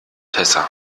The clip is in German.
tessa